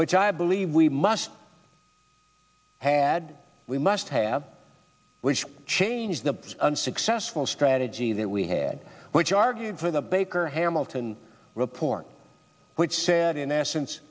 which i believe we must had we must have wished change the unsuccessful strategy that we had which are good for the baker hamilton report which said in essence